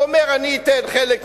הוא אומר: אני אתן חלק משלי,